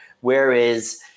whereas